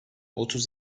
otuz